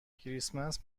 کریسمس